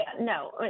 no